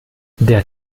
der